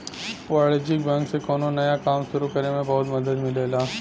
वाणिज्यिक बैंक से कौनो नया काम सुरु करे में बहुत मदद मिलेला